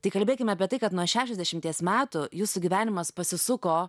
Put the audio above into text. tai kalbėkime apie tai kad nuo šešiasdešimties metų jūsų gyvenimas pasisuko